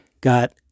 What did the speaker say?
got